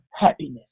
happiness